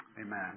amen